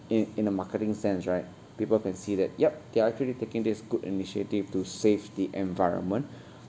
in in a marketing sense right people can see that yup they are actually taking this good initiative to save the environment